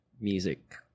music